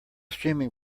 streaming